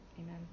Amen